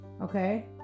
Okay